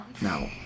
No